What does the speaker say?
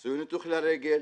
עשו ניתוח לרגל